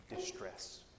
distress